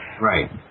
Right